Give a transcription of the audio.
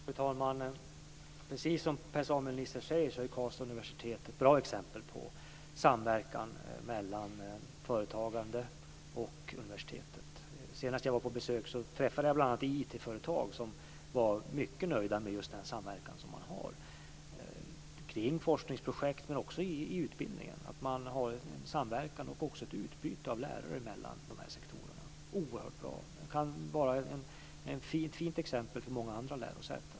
Fru talman! Precis som Per-Samuel Nisser säger är Karlstads universitet ett bra exempel på samverkan mellan företagande och universitetet. Senast jag var på besök träffade jag bl.a. de IT-företag som var mycket nöjda med just den samverkan man har kring forskningsprojekt, men också i utbildningen. Man har en samverkan och även ett utbyte av lärare mellan de här sektorerna. Det är oerhört bra. Det kan vara ett fint exempel för många andra lärosäten.